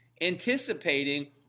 anticipating